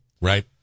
right